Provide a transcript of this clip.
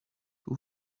two